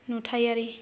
नुथायारि